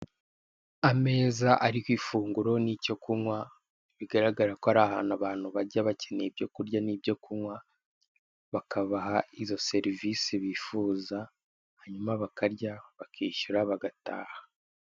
Ameza ariho ifunguro nicyo kunywa bigaragara ko ari ahantu abantu bajya bakeneye ibyo kurya nibyo kunywa bakabaha izo serivise bifuza hanyuma bakarya, bakishyura bagataha.